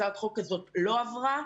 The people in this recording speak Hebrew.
הצעת החוק הזאת לא עברה,